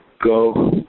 Go